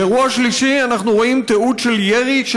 באירוע שלישי אנחנו רואים תיעוד של ירי של